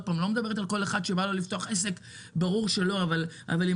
אני לא מדברת על כל אחד שרוצה לפתוח עסק אבל אני חושבת